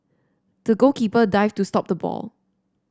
the goalkeeper dived to stop the ball